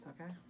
okay